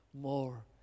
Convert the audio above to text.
more